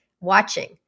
watching